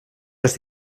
les